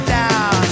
down